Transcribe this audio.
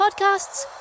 podcasts